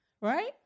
Right